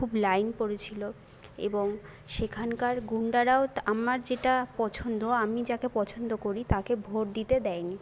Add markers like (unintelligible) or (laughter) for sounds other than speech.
খুব লাইন পড়েছিলো এবং সেখানকার গুন্ডারাও (unintelligible) আমার যেটা পছন্দ আমি যাকে পছন্দ করি তাকে ভোট দিতে দেয় নি